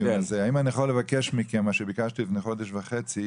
האם אני יכול לבקש מכם את מה שביקשתי לפני חודש וחצי,